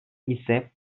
ise